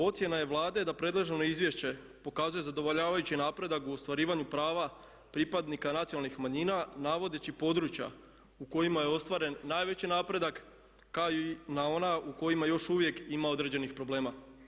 Ocjena je Vlade da predloženo izvješće pokazuje zadovoljavajući napredak u ostvarivanju prava pripadnika nacionalnih manjina navodeći područja u kojima je ostvaren najveći napredak kao i na ona u kojima još uvijek ima određenih problema.